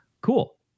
Cool